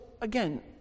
again